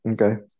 Okay